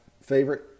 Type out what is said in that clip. favorite